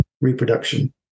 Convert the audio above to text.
reproduction